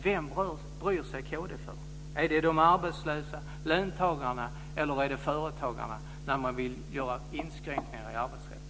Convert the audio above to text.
Vem bryr sig kd om när man vill göra inskränkningar i arbetsrätten? Är det de arbetslösa eller löntagarna eller är det företagarna?